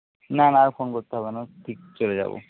না না আর ফোন করতে হবে না ঠিক চলে যাবো